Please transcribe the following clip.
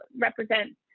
represent